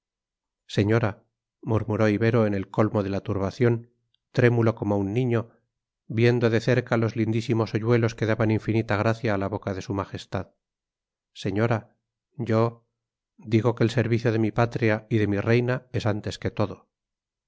señora murmuró ibero en el colmo de la turbación trémulo como un niño viendo de cerca los lindísimos hoyuelos que daban infinita gracia a la boca de su majestad señora yo digo que el servicio de mi patria y de mi reina es antes que todo